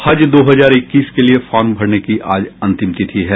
हज दो हजार इक्कीस के लिये फार्म भरने की आज अंतिम तिथि है